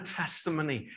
testimony